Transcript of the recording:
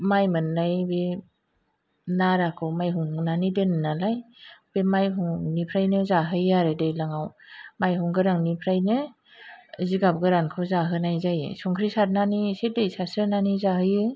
माइ मोननायनि नाराखौ माइहुं हुंनानै दोनो नालाय बे मायहुंनिफ्रायनो जाहोयो आरो दैलाङाव माइहुं गोराननिफ्रायनो जिगाब गोरानखौ जाहोनाय जायो संख्रि सारनानै एसे दै सारस्रोनानै जाहोयो